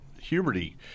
Huberty